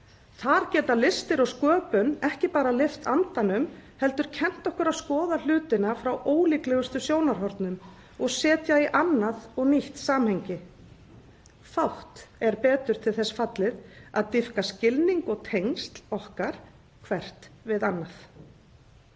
Þar geta listir og sköpun ekki bara lyft andanum heldur kennt okkur að skoða hlutina frá ólíklegustu sjónarhornum og setja í annað og nýtt samhengi. Fátt er betur til þess fallið að dýpka skilning og tengsl okkar hvers við annað.